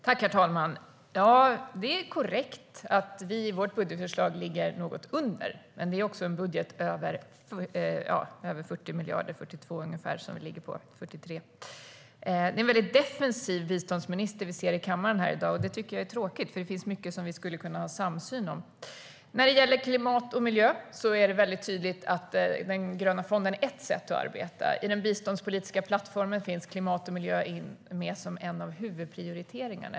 Herr talman! Det är korrekt att vi i vårt budgetförslag ligger något lägre. Men det är ändå en budget på 43 miljarder. Det är en väldigt defensiv biståndsminister vi ser i kammaren här i dag. Det tycker jag är tråkigt, för det finns mycket som vi skulle kunna ha samsyn om. När det gäller klimat och miljö är det väldigt tydligt att den gröna fonden är ett sätt att arbeta. I den biståndspolitiska plattformen finns klimat och miljö med som en av huvudprioriteringarna.